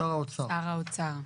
--- שר האוצר.